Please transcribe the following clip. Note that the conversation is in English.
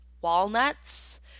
walnuts